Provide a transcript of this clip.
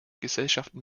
gesellschaften